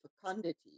fecundity